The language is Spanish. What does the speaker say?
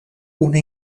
una